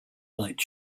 light